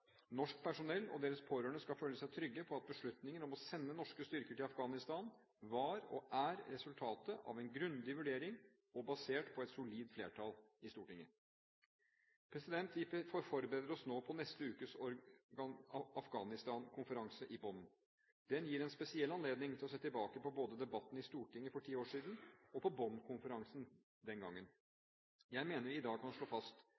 Norsk personell og deres pårørende skal føle seg trygge på at beslutningen om å sende norske styrker til Afghanistan var – og er – resultatet av en grundig vurdering og basert på et solid flertall i Stortinget. Vi forbereder oss nå på neste ukes Afghanistan-konferanse i Bonn. Den gir en spesiell anledning til å se tilbake på både debatten i Stortinget for ti år siden og Bonn-konferansen den gangen. Jeg mener vi i dag kan slå fast